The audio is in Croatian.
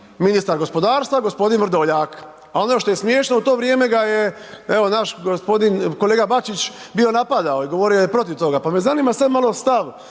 ministar gospodarstva gospodin Vrdoljak, a ono što je smješno u to vrijeme ga je, evo, naš gospodin, kolega Bačić, bio napadao, govorio je protiv toga. Pa me zanima, sada malo stav,